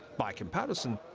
by comparison,